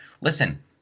listen